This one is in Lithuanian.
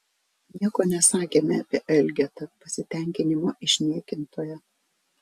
nieko nesakėme apie elgetą pasitenkinimo išniekintoją